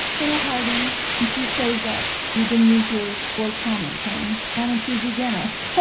colonel harting, since you saved up, you didn't use your board comment time, why don't you begin us? well,